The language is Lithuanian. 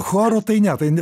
choru tai ne tai